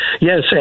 Yes